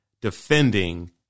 defending